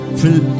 fill